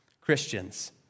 Christians